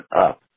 up